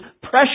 pressure